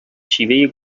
شیوه